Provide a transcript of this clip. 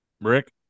Rick